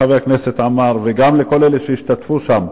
גם לחבר הכנסת עמאר וגם לכל אלה שהשתתפו שם,